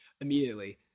immediately